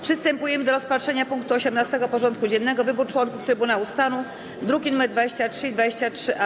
Przystępujemy do rozpatrzenia punktu 18. porządku dziennego: Wybór członków Trybunału Stanu (druki nr 23 i 23-A)